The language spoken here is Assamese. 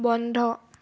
বন্ধ